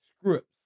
Scripts